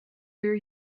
ear